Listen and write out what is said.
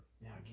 Now